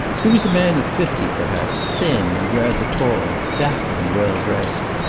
he was a man of fifty perhaps, thin and rather tall, dapper and well-dressed,